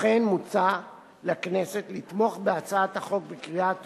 לכן מוצע לכנסת לתמוך בהצעת החוק בקריאה הטרומית.